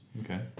Okay